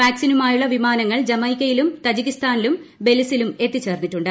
വാക്സിനുമായുളള വിമാനങ്ങൾ ജമൈക്കയിലും തജിക്കിസ്ഥാനിലും ബെലിസിലും എത്തിച്ചേർന്നിട്ടുണ്ട്